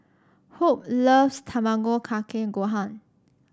Hope loves Tamago Kake Gohan